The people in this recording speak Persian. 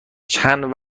چند